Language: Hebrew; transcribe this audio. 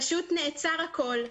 פשוט נעצר הכול.